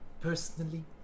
personally